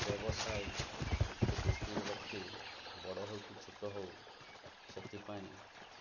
ବ୍ୟବସାୟକୁ ଦୃଷ୍ଟିରେ ରଖି ବଡ଼ ହେଉ କି ଛୋଟ ହେଉ ସେଥିପାଇଁ